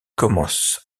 commence